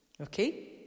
okay